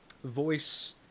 voice